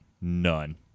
None